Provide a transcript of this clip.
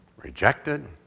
Rejected